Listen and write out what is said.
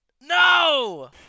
No